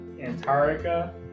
Antarctica